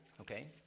okay